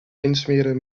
insmeren